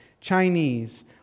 Chinese